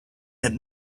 had